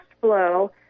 flow